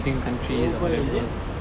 global is it